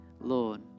Lord